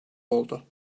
oldu